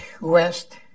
West